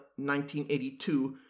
1982